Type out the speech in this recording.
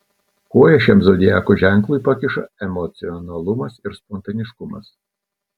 koją šiam zodiako ženklui pakiša emocionalumas ir spontaniškumas